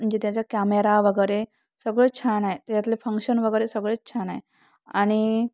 म्हणजे त्याचा कॅमेरा वगैरे सगळंच छान आहे त्याच्यातले फंक्शन वगैरे सगळेंच छान आहे आणि